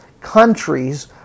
countries